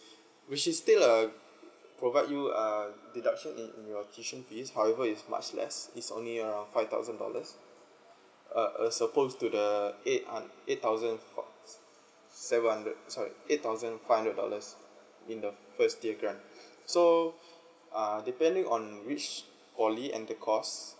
which is still uh provide you uh deduction in your tuition fees however it much less it's only around five thousand dollars uh as opposed to the eight eight thousand seven hundred sorry eight thousand five hundred dollars in the first tier grant so uh depending on which poly and the course